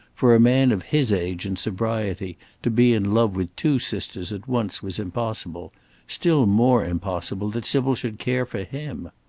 for a man of his age and sobriety to be in love with two sisters at once was impossible still more impossible that sybil should care for him.